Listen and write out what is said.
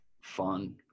fun